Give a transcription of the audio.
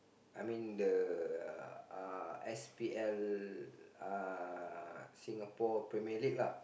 I mean the uh S_P_L uh Singapore-Premier-League lah uh